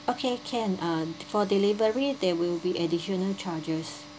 okay can uh for delivery there will be additional charges